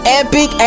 epic